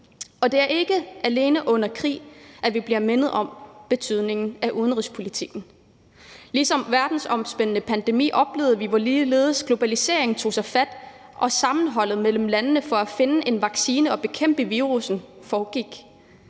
Og det er ikke alene under krig, at vi bliver mindet om betydningen af udenrigspolitikken. Med den verdensomspændende pandemi oplevede vi også betydningen af globaliseringen, og vi oplevede, hvordan der var et sammenhold mellem landene for at finde en vaccine og bekæmpe virussen. For i